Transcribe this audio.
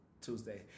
Tuesday